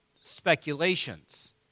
speculations